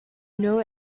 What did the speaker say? know